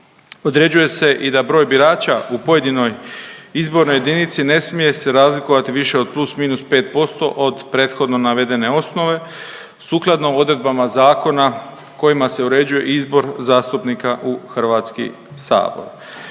Određuje se i da broj birača u pojedinoj izbornoj jedinici ne smije se razlikovati više od plus, minus 5% od prethodno navedene osnove sukladno odredbama zakona kojima se uređuje izbor zastupnika u HS.